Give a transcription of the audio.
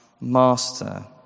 master